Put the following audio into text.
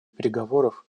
переговоров